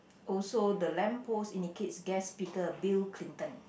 also the lamp post indicates guest speaker Bill-Clinton